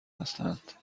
هستند